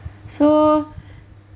so